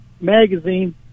magazine